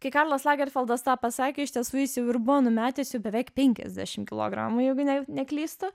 kai karlas lagerfeldas tą pasakė iš tiesų jis jau ir buvo numetęs jau beveik penkiasdešim kilogramų jeigu ne neklystu